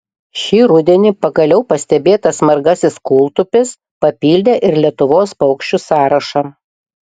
šį rudenį pagaliau pastebėtas margasis kūltupis papildė ir lietuvos paukščių sąrašą